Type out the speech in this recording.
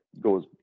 goes